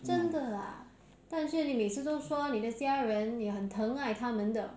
真的 ah 但是你每次都说你的家人你很疼爱他们的